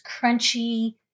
crunchy